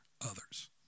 others